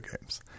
games